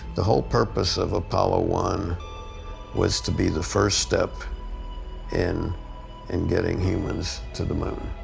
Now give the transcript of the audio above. the whole purpose of apollo one was to be the first step in and getting humans to the moon.